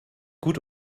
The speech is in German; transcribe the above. gut